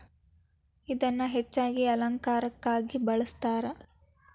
ಇದನ್ನಾ ಹೆಚ್ಚಾಗಿ ಅಲಂಕಾರಕ್ಕಾಗಿ ಬಳ್ಸತಾರ